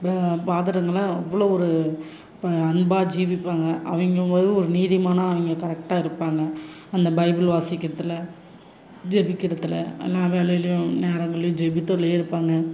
ப ஃபாதருங்கலெலாம் அவ்வளோ ஒரு பா அன்பாக ஜீவிப்பாங்க அவங்க மாதிரி ஒரு நீதிமானாக அவங்க கரெக்ட்டாக இருப்பாங்க அந்த பைபிள் வாசிக்கிறதில் ஜெபிக்கிறதில் எல்லா வேலைலேயும் நேரங்கள்லேயும் ஜெபித்தல்லேயே இருப்பாங்க